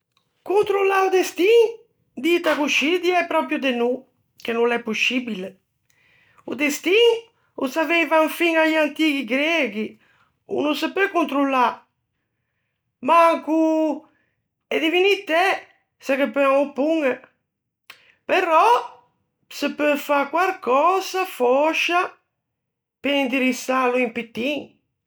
Controllâ o destin, dita coscì, diæ pròpio de no, che no l'é poscbile. O destin, ô saveivan fiña i antighi greghi, o no se peu controllâ, manco e divinitæ se ghe peuan oppoñe. Però se peu fâ quarcösa, fòscia, pe indirissâlo un pittin.